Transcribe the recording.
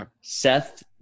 Seth